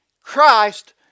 Christ